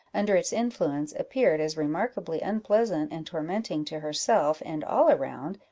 under its influence, appeared as remarkably unpleasant and tormenting to herself and all around,